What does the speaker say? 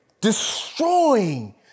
destroying